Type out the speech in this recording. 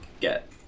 get